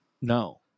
No